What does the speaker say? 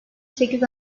sekiz